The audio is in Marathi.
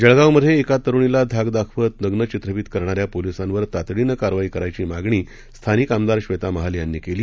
जळगावमधे एका तरुणीला धाक दाखवत नग्न चित्रफीत करणाऱ्या पोलिसांवर तातडीनं कारवाई करायची मागणी स्थानिक आमदार ब्रेता महाले यांनी केली